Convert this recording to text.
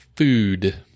Food